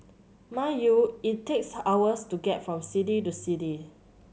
mind you it takes hours to get from city to city